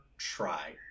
try